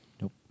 Nope